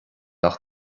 ach